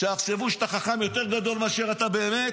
כדי שיחשבו שאתה חכם גדול יותר מאשר שאתה באמת